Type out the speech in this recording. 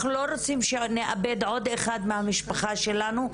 אנחנו לא רוצים שנאבד עוד אחד מהמשפחה שלנו,